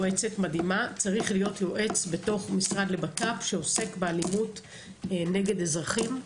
צריך להיות בתוך המשרד לביטחון פנים שעוסק באלימות נגד אזרחים.